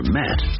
met